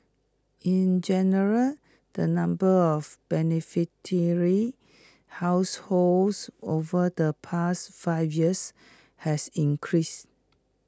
in general the number of beneficiary households over the past five years has increased